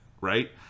right